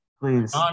Please